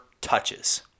touches